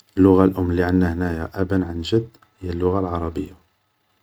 اللغة الام لي عندنا هنايا أبا عن جد هي اللغة العربية